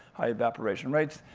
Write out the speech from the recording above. high evaporation rates,